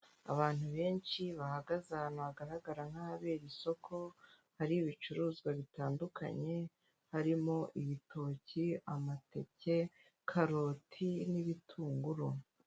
Abantu benshi bahagaze ahantu hagaragara nk'abera isoko hari ibicuruzwa bitandukanye, harimo ibitoki, amateke, karoti n'ibitunguru.